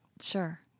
Sure